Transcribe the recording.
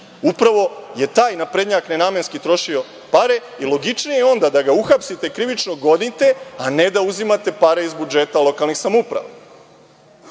Upravo je taj naprednjak nenamenski trošio pare. Logičnije je onda da ga uhapsite, krivično gonite, a ne da uzimate pare iz budžeta lokalnih samouprava.